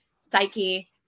psyche